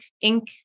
ink